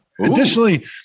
additionally